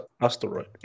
asteroid